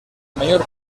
mayor